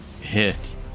hit